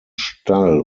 stall